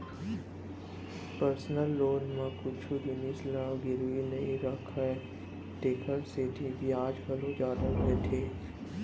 personal loan म कुछु जिनिस ल गिरवी नइ राखय तेकर सेती बियाज घलौ जादा लेथे